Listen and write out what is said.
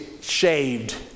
shaved